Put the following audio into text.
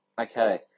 okay